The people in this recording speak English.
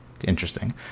interesting